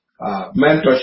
mentorship